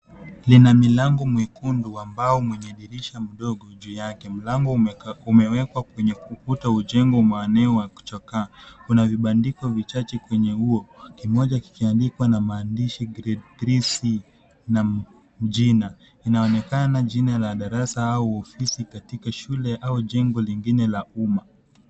Lina milango mwekundu ambao mwenye dirisha mdogo juu yake, mlango umewekwa kwenye ukuta ujengo maeneo wa uchakaa, kuna vibandiko vichache kwenye huo, kimoja kikiandikwa na maandishi grade 3C na jina, Inaonekana jina la darasa au ofisi katika shule au jengo lingine la umma.